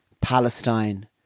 Palestine